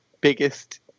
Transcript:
biggest